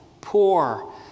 poor